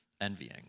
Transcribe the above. envying